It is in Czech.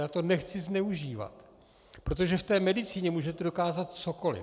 Já to nechci zneužívat, protože v medicíně můžete dokázat cokoli.